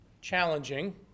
challenging